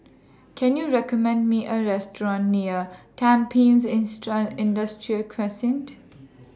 Can YOU recommend Me A Restaurant near Tampines instruct Industrial Crescent